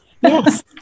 Yes